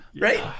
right